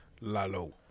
Lalo